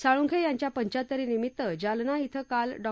साळुंखे यांच्या पंचाहत्तरीनिमित्त जालना शे काल डॉ